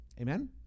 Amen